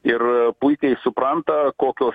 ir puikiai supranta kokios